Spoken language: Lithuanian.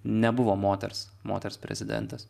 nebuvo moters moters prezidentės